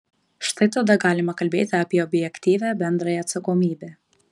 štai tada galima kalbėti apie objektyvią bendrąją atsakomybę